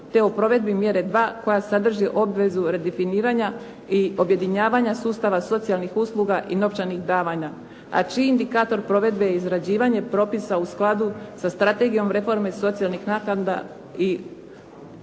te o provedbi mjere dva koja sadrži obvezu redefiniranja i objedinjavanja sustava socijalnih usluga i novčanih davanja a čiji indikator provedbe je izrađivanje propisa u skladu sa strategijom reforme socijalnih naknada i obveznom